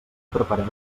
prepareu